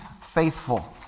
faithful